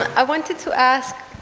i wanted to ask,